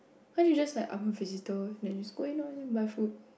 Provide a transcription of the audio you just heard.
can't you just like I'm a visitor then just go in lor then you buy food